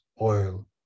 oil